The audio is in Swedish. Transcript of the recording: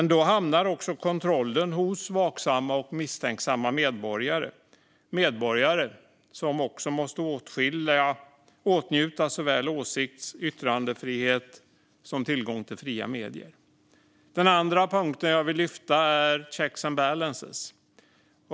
Kontrollen hamnar hos vaksamma och misstänksamma medborgare - medborgare som måste åtnjuta såväl åsikts och yttrandefrihet som tillgång till fria medier. Den andra punkten som jag vill lyfta fram är detta med checks and balances.